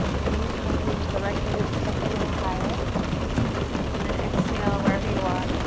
inhale, reach the right fingertips up a little higher and then exhale wherever you are.